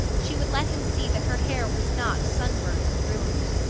she would let him see that her hair was not sunburned and ruined.